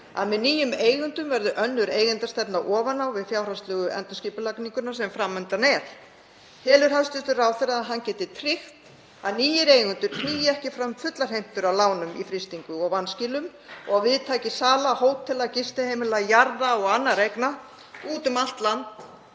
að með nýjum eigendum verði önnur eigendastefna ofan á við fjárhagslegu endurskipulagninguna sem fram undan er? Telur hæstv. ráðherra að hann geti tryggt að nýir eigendur knýi ekki fram fullar heimtur af lánum í frystingu og vanskilum og við taki sala hótela, gistiheimila, jarða og annarra eigna úti um allt land